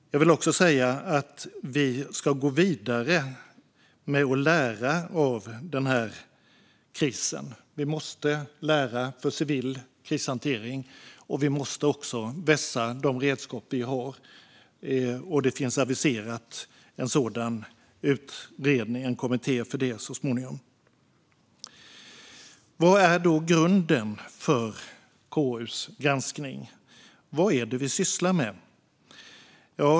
Jag vill också säga att vi ska gå vidare med att lära av denna kris. Vi måste lära för civil krishantering. Vi måste också vässa de redskap vi har. En sådan utredning - en kommitté för detta - har aviserats. Vad är då grunden för KU:s granskning? Vad är det vi sysslar med?